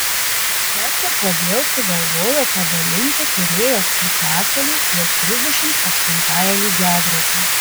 kas ir kodėl sugalvojo padalinti korėjos pusiasalį ties trisdešimt aštuntąja lygiagrete